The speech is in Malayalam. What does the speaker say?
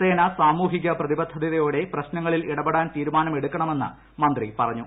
സേന സാമൂഹിക പ്രതിബദ്ധതയോടെ പ്രശ്നങ്ങളിൽ ഇടപെടാൻ തീരുമാനമെടുക്കണമെന്ന് മന്ത്രി പറഞ്ഞു